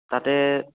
তাতে